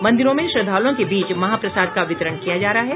मंदिरों में श्रद्धालुओं के बीच महाप्रसाद का वितरण किया जा रहा है